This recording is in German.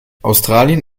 australien